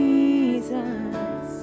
Jesus